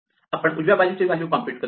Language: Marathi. आपण उजव्या बाजूची व्हॅल्यू कॉम्प्युट करू